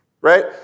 Right